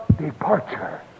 departure